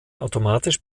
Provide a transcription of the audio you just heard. automatisch